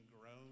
grown